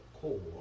core